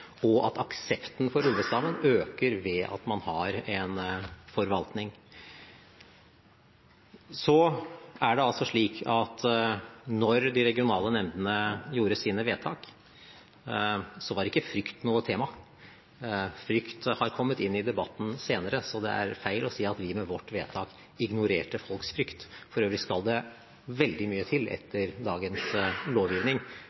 og at aksepten for ulvestammen øker ved at man har en forvaltning. Så er det altså slik at da de regionale nemndene gjorde sine vedtak, var ikke frykt noe tema. Frykt har kommet inn i debatten senere, så det er feil å si at vi med vårt vedtak ignorerte folks frykt. For øvrig skal det veldig mye til etter dagens lovgivning